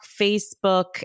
Facebook